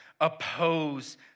oppose